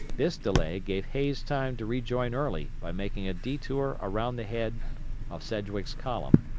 this delay gave hays time to rejoin early by making a detour around the head of sedgwick's column,